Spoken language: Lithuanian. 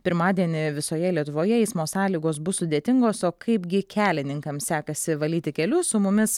pirmadienį visoje lietuvoje eismo sąlygos bus sudėtingos o kaipgi kelininkams sekasi valyti kelius su mumis